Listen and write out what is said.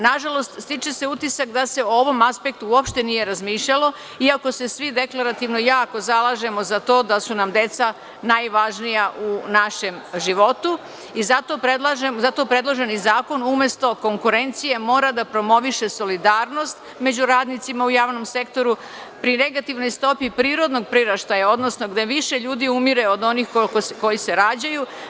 Nažalost, stiče se utisak da se o ovom aspektu uopšte nije razmišljalo iako se svi deklarativno jako zalažemo za to da su nam deca najvažnija u našem životu i zato predloženi zakon umesto konkurencije mora da promoviše solidarnost među radnicima u javnom sektoru pri negativnoj stopi prirodnog priraštaja, odnosno gde više ljudi umire od onih koji se rađaju.